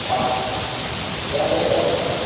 ஆ என் பேர் வசந்த் மேடம்